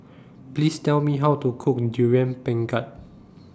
Please Tell Me How to Cook Durian Pengat